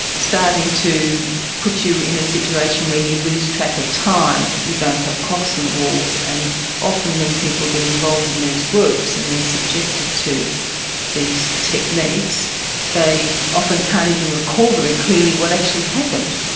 starting to put you in a situation where you lose track of time, you don't have clocks on the walls and often when people get involved in these groups and they subjected to these techniques they often can't even recall very clearly what actually happened.